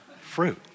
fruit